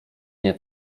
nie